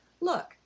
look